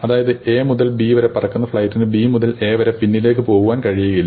അതായത് A മുതൽ B വരെ പറക്കുന്ന ഫ്ലൈറ്റിനു B മുതൽ A വരെ പിന്നിലേക്ക് പോകാവാൻ കഴിയില്ല